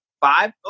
Five